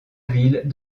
ville